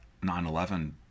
911